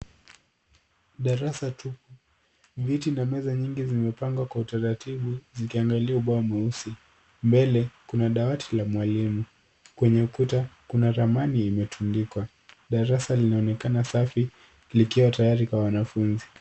Darasa tupu. Viti na meza nyingi zimepangwa kwa utaratibu zikiangalia ubao mweusi. Mbele kuna dawati la mwalimu. Kwenye ukuta kuna ramani imetundikwa. Darasa linaonekana safi likiwa safi kwa wanafunzi.